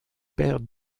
père